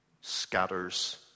scatters